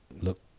look